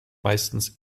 meistens